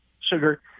sugar